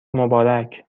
مبارک